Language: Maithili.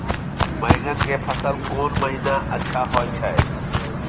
बैंगन के फसल कोन महिना अच्छा होय छै?